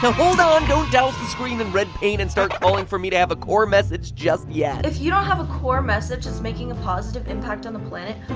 hold on, don't douse the screen in red paint and start calling for me to have a core message just yet. if you don't have a core message that's making a positive impact on the planet,